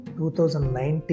2019